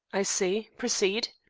i see. proceed.